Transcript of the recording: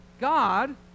God